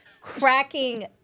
cracking